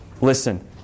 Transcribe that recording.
listen